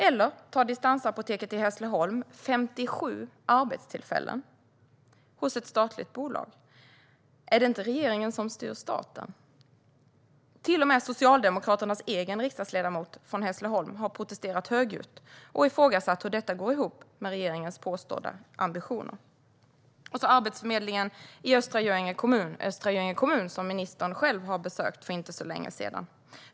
Eller se på Distansapoteket i Hässleholm. Det är fråga om 57 arbetstillfällen hos ett statligt bolag. Är det inte regeringen som styr staten? Till och med Socialdemokraternas egen riksdagsledamot från Hässleholm har protesterat högljutt och ifrågasatt hur detta går ihop med regeringens påstådda ambitioner. Slutligen kan vi se på Arbetsförmedlingen i Östra Göinge kommun. Det är en kommun som ministern själv har besökt för inte så länge sedan.